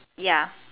ya